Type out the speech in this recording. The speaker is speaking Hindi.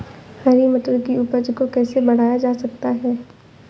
हरी मटर की उपज को कैसे बढ़ाया जा सकता है?